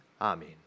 Amen